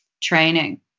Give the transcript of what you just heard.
training